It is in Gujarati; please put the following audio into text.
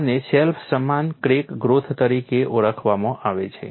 આને સેલ્ફ સમાન ક્રેક ગ્રોથ તરીકે ઓળખવામાં આવે છે